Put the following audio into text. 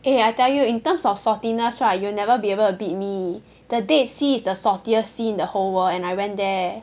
eh I tell you in terms of saltiness right you will never be able to beat me the dead sea is the saltiest sea in the whole world and I went there